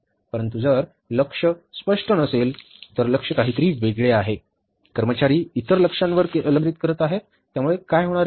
परंतु जर लक्ष्य स्पष्ट नसेल तर लक्ष्य काहीतरी वेगळे आहे कर्मचारी इतर कशावर लक्ष केंद्रित करत आहेत त्यामुळे काय होणार आहे